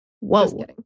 Whoa